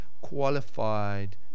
qualified